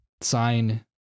Sign